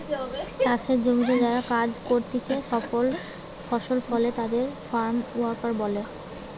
চাষের জমিতে যারা কাজ করতিছে ফসল ফলে তাদের ফার্ম ওয়ার্কার বলে